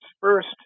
First